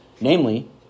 namely